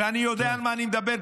ואני יודע על מה אני מדבר,